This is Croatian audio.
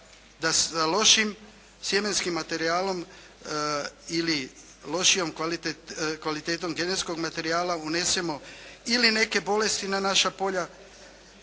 sa lošim sjemenskim materijalom ili lošijom kvalitetom genetskog materijala unesemo ili neke bolesti na naša polja